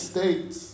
States